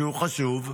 שהוא חשוב,